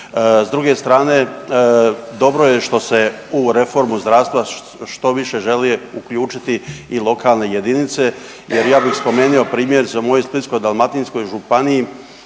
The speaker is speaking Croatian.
S druge strane dobro je što se u reformu zdravstva što više želi uključiti i lokalne jedinice. Jer ja bih spomenuo primjer za mojoj Splitsko-dalmatinskoj županiji